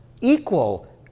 equal